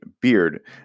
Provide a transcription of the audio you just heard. beard